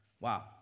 Wow